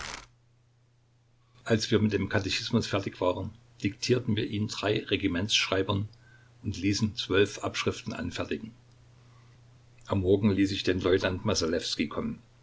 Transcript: als wir mit dem katechismus fertig waren diktierten wir ihn drei regimentsschreibern und ließen zwölf abschriften anfertigen am morgen ließ ich den leutnant masalewskij kommen